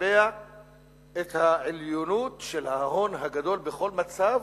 ולקבע את העליונות של ההון הגדול בכל מצב